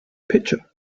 pitcher